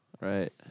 Right